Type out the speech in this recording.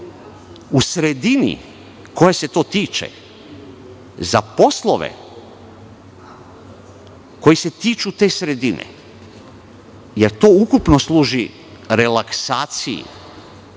u sredini koje se to tiče, za poslove koji se tiču te sredine, jer to ukupno služi relaksaciji.